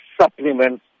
supplements